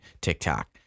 TikTok